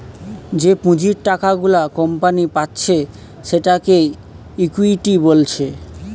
যে পুঁজির টাকা গুলা কোম্পানি পাচ্ছে সেটাকে ইকুইটি বলছে